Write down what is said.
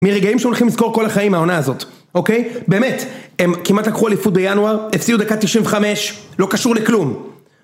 מרגעים שהולכים לזכור כל החיים מהעונה הזאת, אוקיי? באמת, הם כמעט לקחו אליפות בינואר, הפסידו דקה תשעים וחמש, לא קשור לכלום.